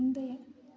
முந்தைய